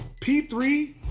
P3